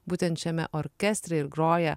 būtent šiame orkestre ir groja